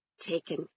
taken